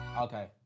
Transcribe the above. Okay